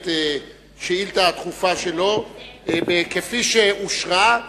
את השאילתא הדחופה שלו כפי שאושרה.